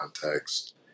context